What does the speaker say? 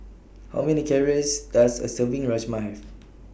How Many Calories Does A Serving of Rajma Have